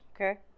Okay